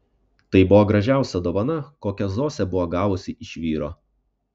tai buvo gražiausia dovana kokią zosė buvo gavusi iš vyro